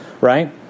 Right